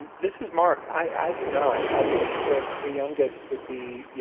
this is mark, i do not. i think that the youngest would be, you